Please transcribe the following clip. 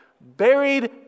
buried